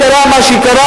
קרה מה שקרה,